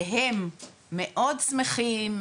והם מאוד שמחים,